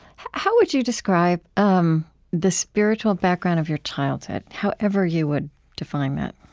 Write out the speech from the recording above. how would you describe um the spiritual background of your childhood, however you would define that?